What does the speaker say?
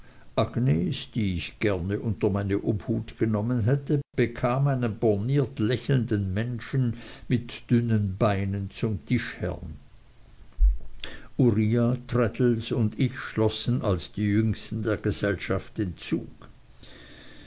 die ich gern unter meine obhut genommen hätte bekam einen borniert lächelnden menschen mit dünnen beinen zum tischherrn uriah traddles und ich schlossen als die jüngsten der gesellschaft den zug